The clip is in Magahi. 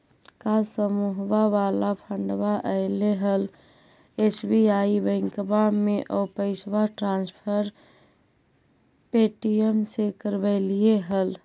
का समुहवा वाला फंडवा ऐले हल एस.बी.आई बैंकवा मे ऊ पैसवा ट्रांसफर पे.टी.एम से करवैलीऐ हल?